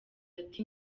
ati